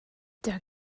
der